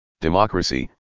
Democracy